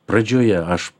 pradžioje aš